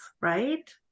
right